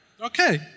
Okay